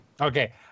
Okay